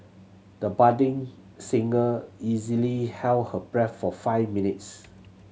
the budding singer easily held her breath for five minutes